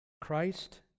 Christ